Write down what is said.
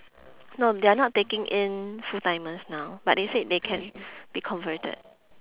no they are not taking in full timers now but they said they can be converted